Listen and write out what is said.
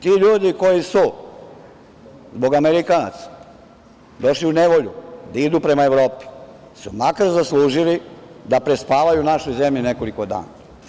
Ti ljudi koji su zbog Amerikanaca došli u nevolju da idu prema Evropi su makar zaslužili da prespavaju u našoj zemlji nekoliko dana.